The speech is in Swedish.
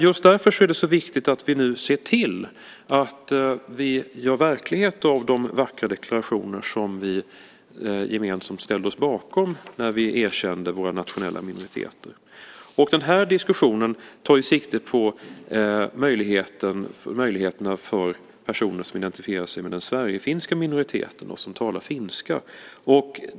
Just därför är det så viktigt att vi nu ser till att vi gör verklighet av de vackra deklarationer som vi gemensamt ställde oss bakom när vi erkände våra nationella minoriteter. Den här diskussionen tar sikte på möjligheterna för personer som identifierar sig med den sverigefinska minoriteten och som talar finska.